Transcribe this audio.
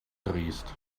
drehst